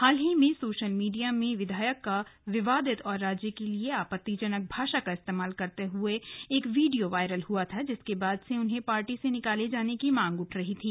हाल ही में social media में विधायक का विवादित और राज्य के लिए आपत्तिजनक भाषा का इस्तेमाल करता वीडियो वायरल हुआ था जिसके बाद से उन्हें पार्टी से निकाले जाने की मांग उठ रही थी